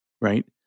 right